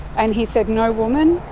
and he said, no woman.